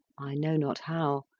i know not how,